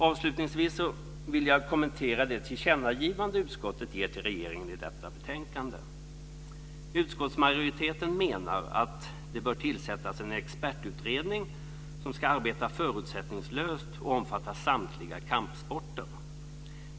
Avslutningsvis vill jag kommentera det tillkännagivande som utskottet gör till regeringen i detta betänkande. Utskottsmajoriteten menar att det bör tillsättas en expertutredning som ska arbeta förutsättningslöst och omfatta samtliga kampsporter.